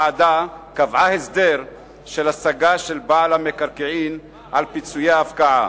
הוועדה קבעה הסדר של השגה של בעל המקרקעין על פיצויי ההפקעה,